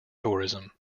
tourism